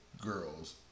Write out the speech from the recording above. girls